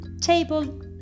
Table